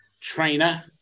trainer